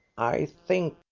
i think,